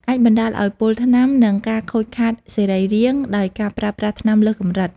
អាចបណ្តាលឲ្យពុលថ្នាំ និងការខូចខាតសរីរាង្គ ដោយការប្រើប្រាស់ថ្នាំលើសកម្រិត។